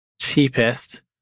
cheapest